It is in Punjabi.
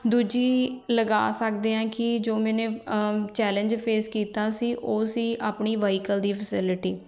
ਦੂਜੀ ਲਗਾ ਸਕਦੇ ਹਾਂ ਕਿ ਜੋ ਮੈਨੇ ਚੈਲੇਂਜ ਫੇਸ ਕੀਤਾ ਸੀ ਉਹ ਸੀ ਆਪਣੀ ਵਹੀਕਲ ਦੀ ਫੈਸਿਲਿਟੀ